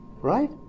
right